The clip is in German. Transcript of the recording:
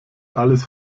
alles